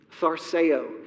Tharseo